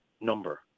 number